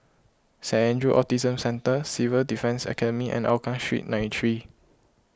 Saint andrew's Autism Centre Civil Defence Academy and Hougang Street nine three